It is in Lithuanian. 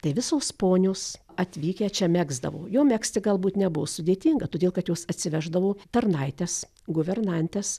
tai visos ponios atvykę čia megzdavo jom megzti galbūt nebuvo sudėtinga todėl kad jos atsiveždavo tarnaites guvernantes